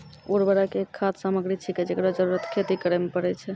उर्वरक एक खाद सामग्री छिकै, जेकरो जरूरत खेती करै म परै छै